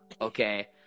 okay